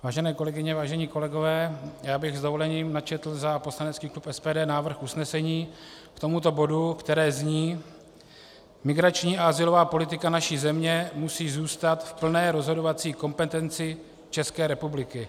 Vážené kolegyně, vážení kolegové, já bych s dovolením načetl za poslanecký klub SPD návrh usnesení k tomuto bodu, které zní: Migrační a azylová politika naší země musí zůstat v plné rozhodovací kompetenci České republiky.